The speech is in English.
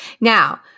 Now